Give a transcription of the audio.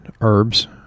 herbs